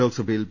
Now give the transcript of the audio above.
ലോക്സഭയിൽ പി